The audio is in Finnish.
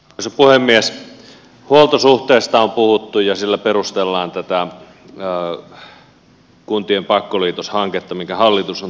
huoltosuhteesta on puhuttu ja sillä perustellaan tätä kuntien pakkoliitoshanketta minkä hallitus on tekemässä